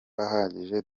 ahagije